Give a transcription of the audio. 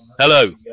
hello